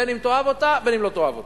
בין שתאהב אותה ובין שלא תאהב אותה.